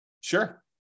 sure